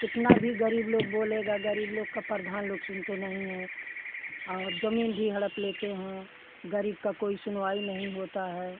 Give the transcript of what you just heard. कितना भी गरीब लोग बोलेगा गरीब लोग का प्रधान लोग सुनते नहीं हैं और जमीन भी हड़प लेते हैं गरीब का कोई सुनवाई नहीं होता है